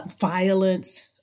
violence